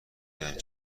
دانی